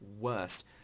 worst